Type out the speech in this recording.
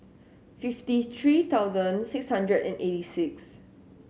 fifty three thousand six hundred and eighty six